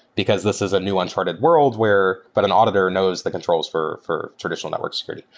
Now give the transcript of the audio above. because this is a new uncharted world where but an auditor knows the controls for for traditional network security.